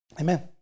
Amen